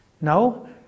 Now